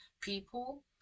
people